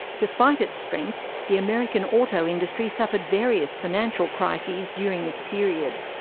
despite its strength, the american auto industry suffered various financial crises during this period.